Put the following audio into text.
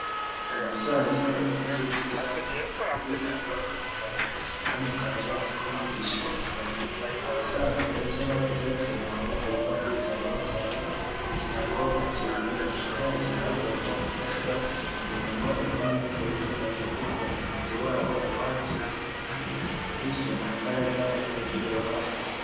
Umusaza uri mu gihe k'izabukuru, ari kwitabwaho na muganga, aho umuganga ari kumwigisha gusoma, abasaza ndetse n'abakecuru baba bagomba kwitabwaho cyane kugira ngo batigunga, kandi bagomba gufashwa imirimo imwe n'imwe ivunanye, kuko umubiri wabo uba waracitse intege, bityo nta mbaraga z'umubiri baba bafite.